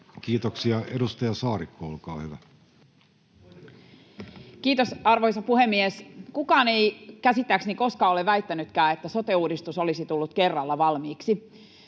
Kiitoksia. — Edustaja Saarikko, olkaa hyvä. Kiitos, arvoisa puhemies! Kukaan ei käsittääkseni koskaan ole väittänytkään, että sote-uudistus olisi tullut kerralla valmiiksi.